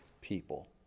people